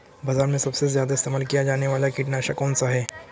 बाज़ार में सबसे ज़्यादा इस्तेमाल किया जाने वाला कीटनाशक कौनसा है?